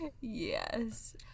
Yes